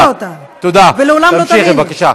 תודה, תמשיכי בבקשה.